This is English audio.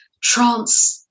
trance